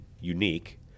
unique